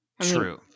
True